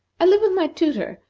i live with my tutor,